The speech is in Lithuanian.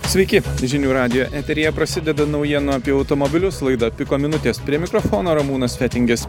sveiki žinių radijo eteryje prasideda naujienų apie automobilius laida piko minutės prie mikrofono ramūnas fetingis